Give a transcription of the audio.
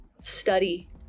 study